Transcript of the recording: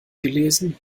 gelesen